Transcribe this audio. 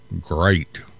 great